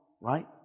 right